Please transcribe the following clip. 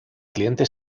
cliente